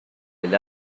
del